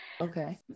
Okay